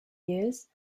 years